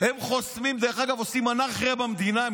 הם חוסמים, עושים אנרכיה במדינה.